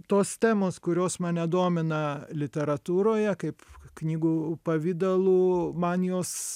tos temos kurios mane domina literatūroje kaip knygų pavidalu man jos